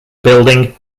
building